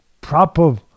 proper